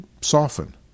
soften